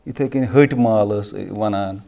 یِتھَے کٔنۍ ۂٹۍ مالہٕ ٲسٕے وَنان